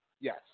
Yes